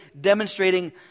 demonstrating